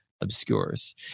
obscures